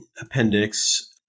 appendix